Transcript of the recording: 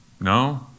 No